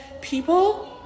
people